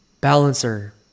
balancer